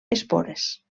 espores